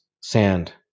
sand